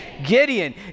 Gideon